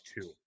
two